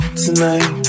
tonight